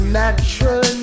natural